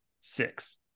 six